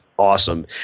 Awesome